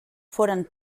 foren